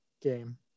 game